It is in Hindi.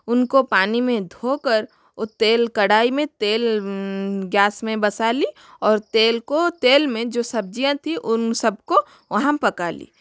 उनको पानी में धो कर वो तेल कड़ाई में तेल गैस में बसाली और तेल को तेल में जो सब्ज़ियाँ थी उन सब को वहाँ पका ली